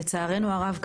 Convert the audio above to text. לצערנו הרב,